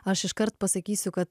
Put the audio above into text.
aš iškart pasakysiu kad